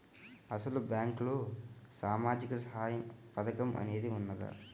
అసలు బ్యాంక్లో సామాజిక సహాయం పథకం అనేది వున్నదా?